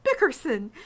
Bickerson